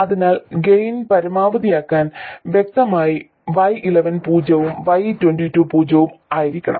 അതിനാൽ ഗെയിൻ പരമാവധിയാക്കാൻ വ്യക്തമായി y11 പൂജ്യവും y22 പൂജ്യവും ആയിരിക്കണം